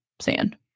sand